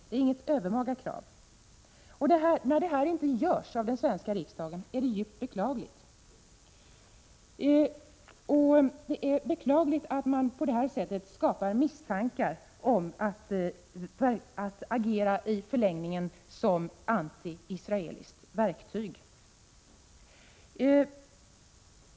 Det är inget övermaga krav, men när detta inte görs av den svenska riksdagen är det djupt beklagligt. Det är beklagligt att det på det här sättet skapas misstankar om att man i förlängningen agerar som antiisraeliskt verktyg.